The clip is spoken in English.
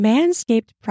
Manscaped